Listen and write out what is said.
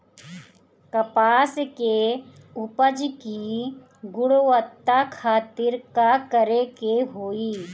कपास के उपज की गुणवत्ता खातिर का करेके होई?